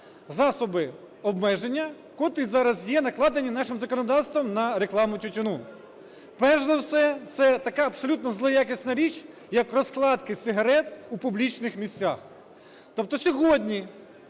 засоби обмеження, котрі зараз є, накладені нашим законодавством на рекламу тютюну. Перш за все, це така абсолютно злоякісна річ, як розкладки сигарет в публічних місцях. Тобто сьогодні